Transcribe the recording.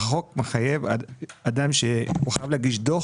החוק מחייב אדם שהוא חייב להגיש דוח